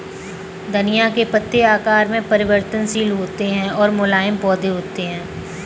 धनिया के पत्ते आकार में परिवर्तनशील होते हैं और मुलायम पौधे होते हैं